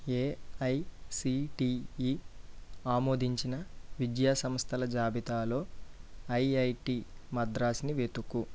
AICTE ఆమోదించిన విద్యా సంస్థల జాబితాలో ఐఐటి మద్రాస్ని వెతుకు